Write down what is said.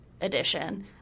edition